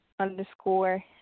Underscore